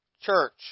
church